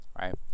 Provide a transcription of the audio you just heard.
Right